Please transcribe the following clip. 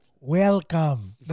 Welcome